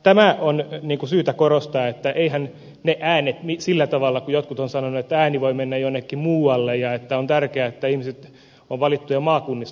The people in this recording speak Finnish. tätä on syytä korostaa että eiväthän ne äänet sillä tavalla käyttäydy kuin jotkut ovat sanoneet että ääni voi mennä jonnekin muualle ja että on tärkeää että ihmiset on valittu maakunnista